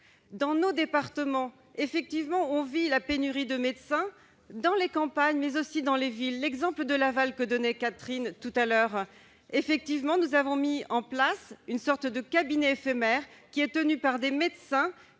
Dans nos départements, on subit une pénurie de médecins dans les campagnes, mais aussi dans les villes. L'exemple de Laval, qu'évoquait Catherine Deroche, est instructif. Effectivement, nous y avons mis en place une sorte de cabinet éphémère ; il est tenu par des médecins